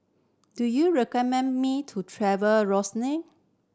do you recommend me to travel